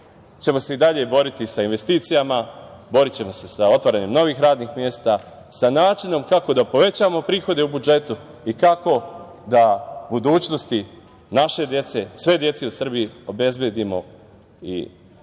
ćemo se i dalje boriti sa investicijama, borićemo se sa otvaranjem novih radnih mesta, sa načinom kako da povećamo prihode u budžetu i kako da budućnosti naše dece, sve dece u Srbiji obezbedimo i normalnu